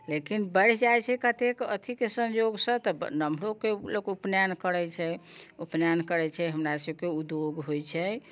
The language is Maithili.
लेकिन बढ़ि जाइत छै कतेक अथिके सञ्जोग से तऽ नम्हरोके लोक उपनयन करैत छै उपनयन करैत छै हमरा सभकेँ उद्योग होइत छै